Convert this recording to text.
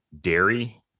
dairy